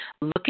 Look